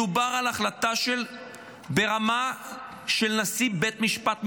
מדובר בהחלטה ברמה של נשיא בית משפט מחוזי,